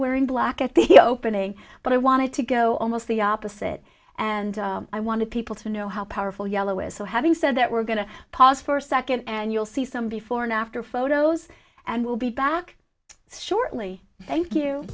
wearing black at the opening but i wanted to go almost the opposite and i wanted people to know how powerful yellow is so having said that we're going to pause for a second and you'll see some before and after photos and we'll be back shortly thank you